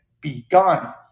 begun